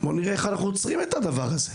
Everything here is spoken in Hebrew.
בואו נראה איך אנחנו עוצרים את הדבר הזה.